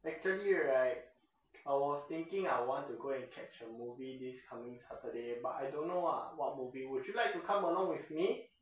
actually right I was thinking I want to go and catch a movie this coming saturday but I don't know what movie would you like to come along with me